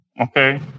okay